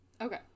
Okay